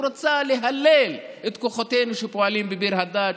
הוא רצה להלל את כוחותינו שפועלים בביר הדאג',